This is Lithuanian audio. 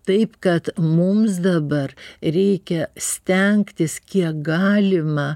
taip kad mums dabar reikia stengtis kiek galima